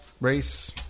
race